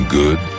good